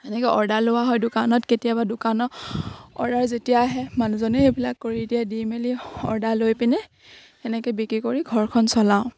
এনেকে অৰ্ডাৰ লোৱা হয় দোকানত কেতিয়াবা দোকানত অৰ্ডাৰ যেতিয়া আহে মানুহজনে সেইবিলাক কৰি দিয়ে দি মেলি অৰ্ডাৰ লৈ পিনে সেনেকে বিক্ৰী কৰি ঘৰখন চলাওঁ